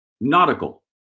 nautical